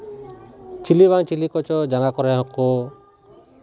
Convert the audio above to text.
ᱪᱤᱞᱤ ᱵᱟᱝ ᱪᱤᱞᱤ ᱠᱚᱪᱚ ᱡᱟᱝᱜᱟ ᱠᱚᱨᱮ ᱦᱚᱠᱚ